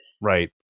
right